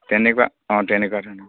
তেনেকুৱা অঁ তেনেকুৱা ধান